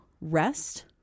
rest